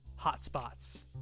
hotspots